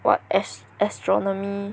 what as~ astronomy